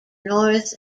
north